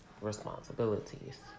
responsibilities